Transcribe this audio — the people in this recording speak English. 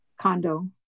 condo